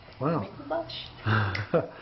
Wow